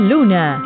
Luna